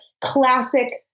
classic